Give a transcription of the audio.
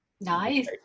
Nice